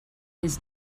his